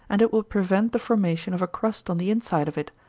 and it will prevent the formation of a crust on the inside of it,